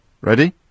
Ready